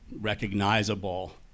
Recognizable